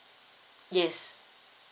yes